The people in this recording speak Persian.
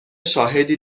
شاهدی